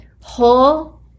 whole